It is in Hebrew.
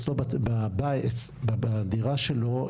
אצלו בדירה שלו,